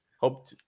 hope